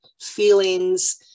feelings